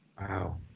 Wow